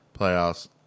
playoffs